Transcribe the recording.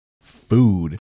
food